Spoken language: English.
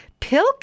Pilk